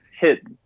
hit